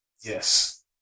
Yes